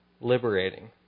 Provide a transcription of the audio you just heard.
liberating